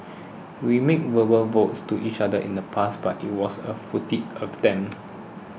we made verbal vows to each other in the past but it was a futile attempt